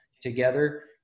together